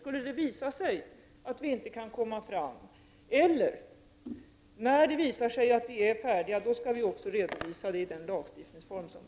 Skulle det visa sig att vi inte kan komma fram, eller när det visar sig att vi är färdiga, skall vi gå fram lagstiftningsvägen på det sätt som behövs.